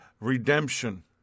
redemption